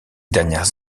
dernières